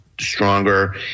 stronger